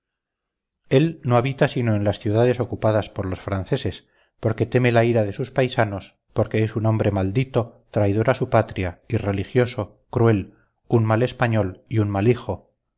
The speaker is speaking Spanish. él no habita sino en las ciudades ocupadas por los franceses porque teme la ira de sus paisanos porque es un hombre maldito traidor a su patria irreligioso cruel un mal español y un mal hijo